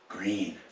Green